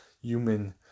human